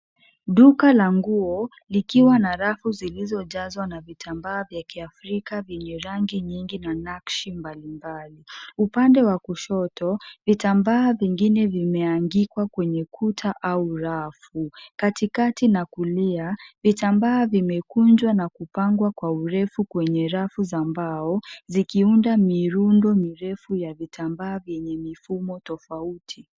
Duka la nguo likiwa na rafu zilizojazwa na vitambaa vya kiafrika vyenye rangi nyingi na nakshi mbalimbali. Upande wa kushoto vitambaa vingine vimehangikwa kwenye kuta au rafu. Katikati na kulia vitambaa vimekunjwa na kupangwa kwa urefu kwenye rafu za mbao zikiunda mirundo mirefu ya vitambaa vyenye mifumo tofauti.